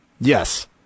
Yes